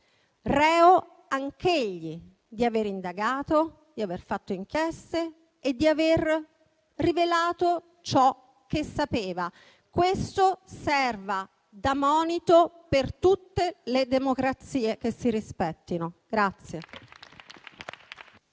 reo anch'egli di aver indagato, di aver fatto inchieste e di aver rivelato ciò che sapeva. Questo serva da monito per tutte le democrazie che si rispettino.